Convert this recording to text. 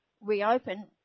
reopen